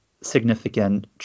significant